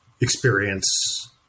experience